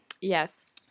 Yes